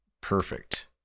Perfect